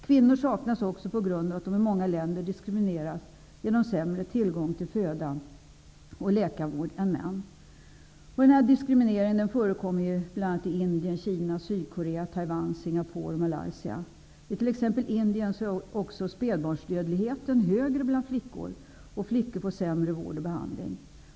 Kvinnor saknas också på grund av att de i många länder diskrimineras genom sämre tillgång till föda och läkarvård än män. Denna diskriminering förekommer i bl.a. Indien, I t.ex. Indien är spädbarnsdödligheten högre bland flickor, och flickor får sämre vård och behandling.